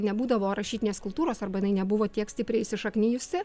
nebūdavo rašytinės kultūros arba jinai nebuvo tiek stipriai įsišaknijusi